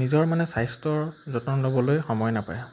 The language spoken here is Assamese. নিজৰ মানে স্বাস্থ্যৰ যতন ল'বলৈ সময় নাপায়